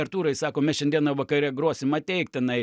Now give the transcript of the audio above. artūrai sako mes šiandieną vakare grosim ateik tenai